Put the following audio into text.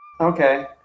Okay